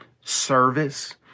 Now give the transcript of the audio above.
service